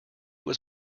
was